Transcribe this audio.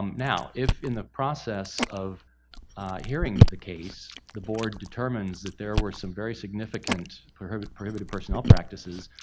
now, if in the process of hearing the case the board determines that there were some very significant prohibitive prohibitive personnel practices,